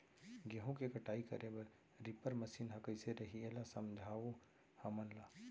गेहूँ के कटाई करे बर रीपर मशीन ह कइसे रही, एला समझाओ हमन ल?